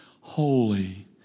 holy